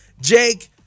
Jake